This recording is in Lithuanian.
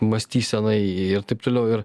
mąstysenai ir taip toliau ir